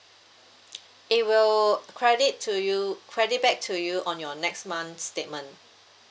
it will credit to you credit back to you on your next month statement